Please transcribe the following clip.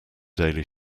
daily